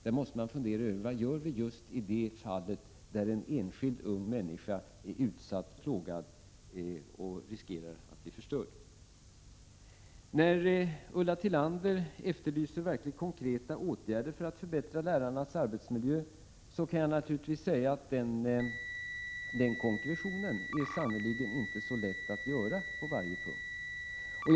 Där måste man fråga sig: Vad gör vi just i det här fallet, när en enskild ung människa är utsatt, plågad och riskerar att bli förstörd? När Ulla Tillander efterlyser verkligt konkreta åtgärder för att förbättra lärarnas arbetsmiljö, får jag säga att den konkretionen sannerligen inte är så lätt att åstadkomma på varje punkt.